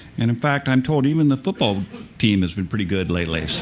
and in fact, i'm told even the football team has been pretty good lately.